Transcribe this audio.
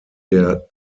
der